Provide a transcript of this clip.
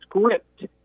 script